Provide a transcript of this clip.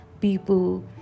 people